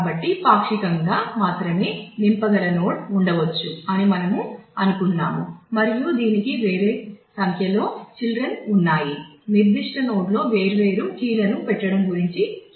కాబట్టి పాక్షికంగా మాత్రమే నింపగల నోడ్ ఉండవచ్చు అని మనము అనుకున్నాము మరియు దీనికి వేరే సంఖ్యలో చిల్డ్రన్ ఉన్నాయి నిర్దిష్ట నోడ్లో వేర్వేరు కీలను పెట్టడం గురించి చూసాము